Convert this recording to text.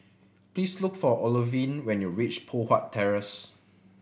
please look for Olivine when you reach Poh Huat Terrace